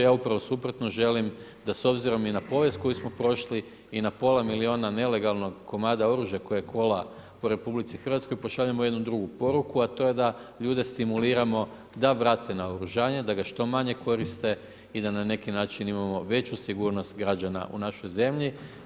Ja upravo suprotno želim da s obzirom i na povijest koju smo prošli i na pola milijuna nelegalnog komada oružja koje kola po Republici Hrvatskoj pošaljemo jednu drugu poruku, a to je da ljude stimuliramo da vrate naoružanje, da ga što manje koriste i da na neki način imamo veću sigurnost građana u našoj zemlji.